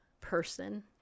person